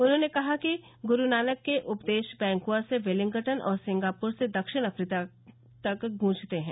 उन्होंने कहा कि गुरु नानक के उपदेश वैंकूवर से वेलिंगटन और सिंगापुर से दक्षिण अफ्रीका तक गूंजते हैं